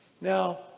Now